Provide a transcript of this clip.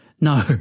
No